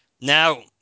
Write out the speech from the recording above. Now